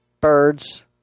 birds